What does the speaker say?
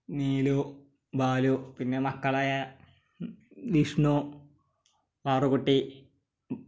നീലു ബാലു പിന്നെ മക്കളായ വിഷ്ണു പാറുക്കുട്ടി